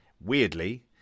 weirdly